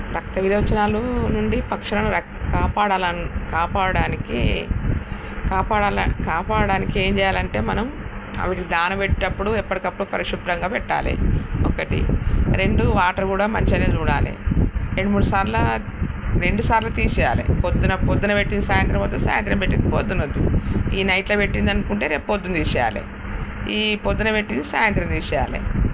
రక్త విరేచనాలు నుండి పక్షులను కాపాడాలన్ కాపాడడానికి కాపాడాలన్ కాపాడడానికి ఏం చేయాలంటే మనం వాటికి దాన పెట్టేటప్పుడు ఎప్పటికప్పుడు పరిశుభ్రంగా పెట్టాలి ఒకటి రెండు వాటర్ కూడా మంచిగానే చూడాలి రెండు మూడు సార్ల రెండుసార్లు తీసెయ్యాలి పొద్దున పొద్దున పెట్టింది సాయంత్రం వద్దు సాయంత్రం పెట్టింది పొద్దున వద్దు ఈ నైట్లో పెట్టింది అనుకుంటే రేపు పొద్దున తీసెయ్యాలి ఈ పొద్దున పెట్టింది సాయంత్రం తీసెయ్యాలి